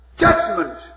judgment